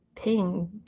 ping